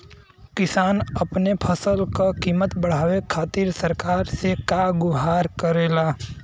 किसान अपने फसल क कीमत बढ़ावे खातिर सरकार से का गुहार करेला?